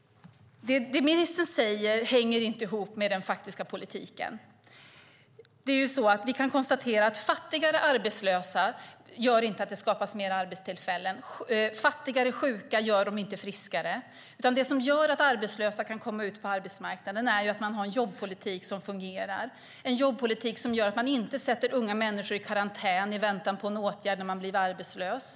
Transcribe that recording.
Det ministern säger hänger inte ihop med den faktiska politiken. Vi kan konstatera att fattigare arbetslösa inte gör att det skapas fler arbetstillfällen, och att sjuka blir fattigare gör dem inte friskare. Det som gör att arbetslösa kan komma ut på arbetsmarknaden är en jobbpolitik som fungerar, en jobbpolitik som gör att unga människor inte sätts i karantän i väntan på en åtgärd när man blivit arbetslös.